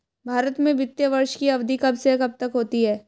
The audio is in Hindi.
भारत में वित्तीय वर्ष की अवधि कब से कब तक होती है?